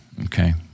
okay